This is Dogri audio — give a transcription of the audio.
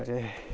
ते